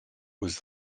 was